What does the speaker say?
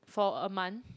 for a month